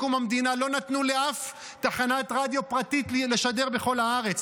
מקום המדינה לא נתנו לאף תחנת רדיו פרטית לשדר בכל הארץ.